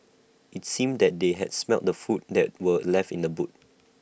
IT seemed that they had smelt the food that were left in the boot